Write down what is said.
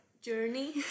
journey